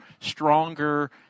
stronger